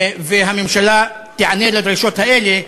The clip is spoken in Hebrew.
והממשלה תיענה לדרישות האלה,